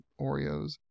Oreos